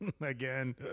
again